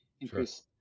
increase